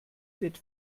wird